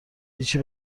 هیچی